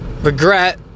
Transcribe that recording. regret